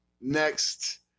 next